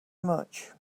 much